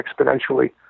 exponentially